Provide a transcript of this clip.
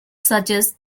suggests